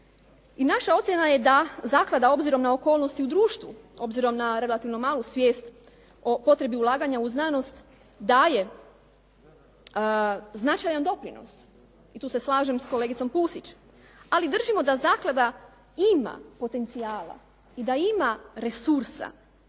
I naša ocjena je da zaklada obzirom na okolnosti u društvu, obzirom na relativno malu svijest o potrebi ulaganja u znanost daje značajan doprinos i tu se slažem sa kolegicom Pusić. Ali držimo da zaklada ima potencijala i da ima resursa